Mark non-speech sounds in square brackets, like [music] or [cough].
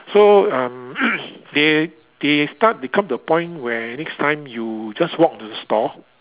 so um [noise] they they start become the point where next time you just walk into the store